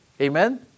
Amen